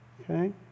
okay